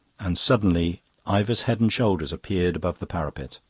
and suddenly ivor's head and shoulders appeared above the parapet.